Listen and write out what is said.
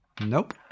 Nope